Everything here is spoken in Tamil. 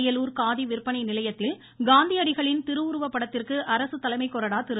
அரியலூர் காதி விற்பனை நிலையத்தில் காந்தியடிகளின் திருவுருவ படத்திற்கு அரசு தலைமை கொறடா திரு